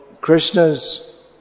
Krishna's